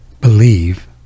believe